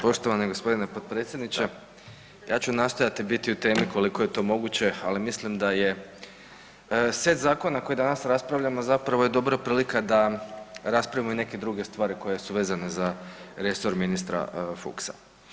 Poštovani gospodine potpredsjedniče, ja ću nastojati biti u temi koliko je to moguće, ali mislim da je set zakona koji danas raspravljamo zapravo je dobra prilika da raspravimo i neke druge stvari koje su vezane za resor ministra Fuchsa.